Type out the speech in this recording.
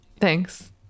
thanks